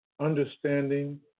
understanding